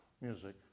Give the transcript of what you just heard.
music